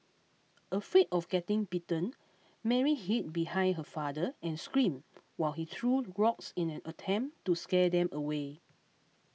afraid of getting bitten Mary hid behind her father and screamed while he threw rocks in an attempt to scare them away